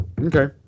Okay